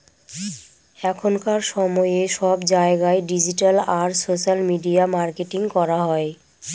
এখনকার সময়ে সব জায়গায় ডিজিটাল আর সোশ্যাল মিডিয়া মার্কেটিং করা হয়